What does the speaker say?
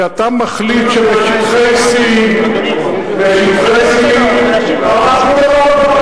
שאתה מחליט שבשטחי C, אדוני, אני רוצה להשיב לו.